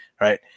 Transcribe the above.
Right